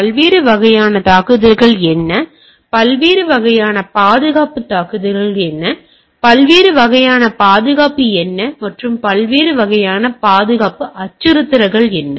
பல்வேறு வகையான தாக்குதல்கள் என்ன பல்வேறு வகையான பாதுகாப்பு தாக்குதல்கள் என்ன பல்வேறு வகையான பாதுகாப்பு என்ன மற்றும் பல்வேறு வகையான பாதுகாப்பு அச்சுறுத்தல்கள் என்ன